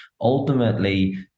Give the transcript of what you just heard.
Ultimately